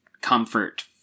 comfort